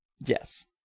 Yes